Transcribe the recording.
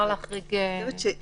תמי, כדאי להגיד שלא